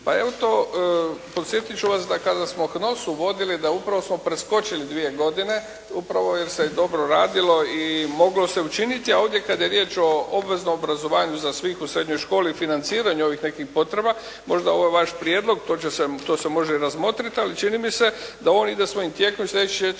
Pa evo podsjetit ću vas da kada smo … /Govornik se ne razumije./ … vodili da upravo smo preskočili dvije godine, upravo jer se dobro radilo i moglo se učiniti. A ovdje kad je riječ o obveznom obrazovanju za sve u srednjoj školi i financiranju ovih nekih potrebe, možda ovaj vaš prijedlog to se može razmotriti, ali čini mi se da on ide svojim tijekom i sljedeće četiri